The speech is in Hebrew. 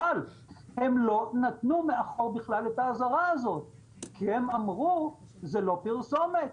אבל הם לא נתנו מאחור בכלל את האזהרה הזאת כי הם אמרו זה לא פרסומת.